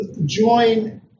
join